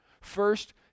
First